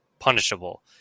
punishable